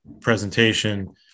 presentation